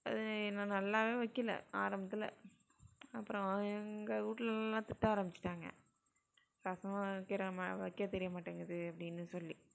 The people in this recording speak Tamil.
அது நான் நல்லாவே வைக்கலை ஆரம்பத்தில் அப்புறம் எங்கள் வீட்டுலலாம் திட்ட ஆரம்பிச்சுட்டாங்க ரசமா வைக்கிறே வைக்க தெரிய மாட்டேங்குது அப்படின்னு சொல்லி